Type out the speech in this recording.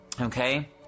Okay